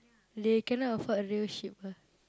they cannot afford a real sheep ah